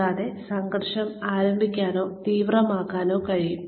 കൂടാതെ സംഘർഷം ആരംഭിക്കാനോ തീവ്രമാക്കാനോ കഴിയും